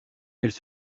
elles